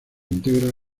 integra